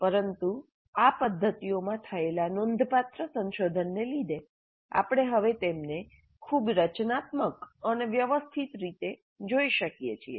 પરંતુ આ પદ્ધતિઓ માં થયેલાં નોંધપાત્ર સંશોધનને લીધે આપણે હવે તેમને ખૂબ રચનાત્મક અને વ્યવસ્થિત રીતે જોઈ શકીએ છીએ